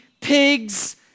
pigs